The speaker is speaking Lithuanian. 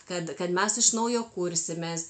kad kad mes iš naujo kursimės